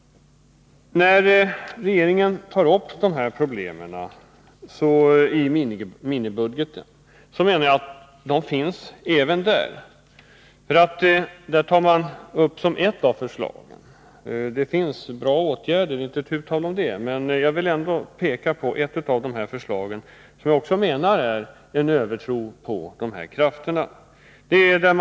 Regeringen tar upp de här problemen redan i minibudgeten, och där föreslås bra åtgärder — det är inte tu tal om den saken. Jag vill emellertid peka 37 på ett av förslagen som, enligt min mening, även det är ett uttryck för övertro på marknadskrafterna.